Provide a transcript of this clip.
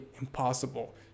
impossible